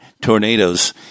tornadoes